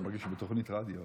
אני מרגיש בתוכנית רדיו.